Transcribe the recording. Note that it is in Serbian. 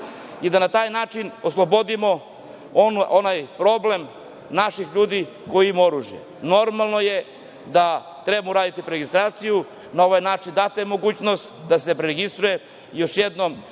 i da na taj način oslobodimo onaj problem naših ljudi koji imaju oružje. Normalno je da treba uraditi preregistraciju. Na ovaj način data je mogućnost da se preregistruje. Još jednom,